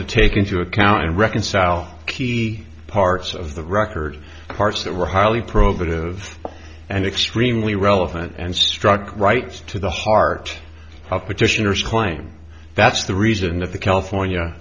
to take into account and reconcile key parts of the record parts that were highly probative and extremely relevant and struck rights to the heart of petitioners claim that's the reason that the california